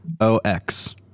O-X